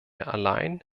allein